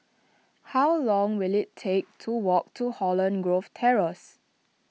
how long will it take to walk to Holland Grove Terrace